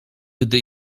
gdy